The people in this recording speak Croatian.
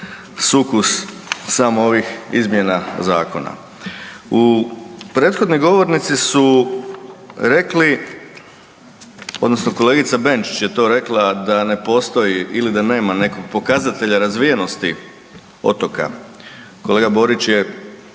sukus samo ovih izmjena zakona. Prethodni govornici su rekli odnosno kolegica Benčić je to rekla da ne postoji ili da nema nekog pokazatelja razvijenosti otoka. Kolega Borić je